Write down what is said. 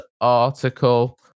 article